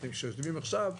כשאתם יושבים עכשיו,